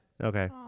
Okay